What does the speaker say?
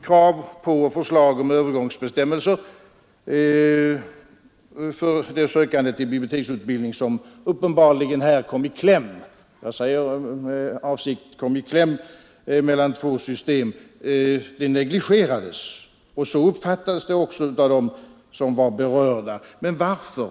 Krav på förslag till övergångsbestämmelser för de sökande till biblioteksutbildning som uppenbarligen här kom i kläm — jag säger med avsikt kom i kläm — mellan två system negligerades. Så uppfattades det också av de berörda. Och varför?